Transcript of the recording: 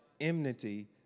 enmity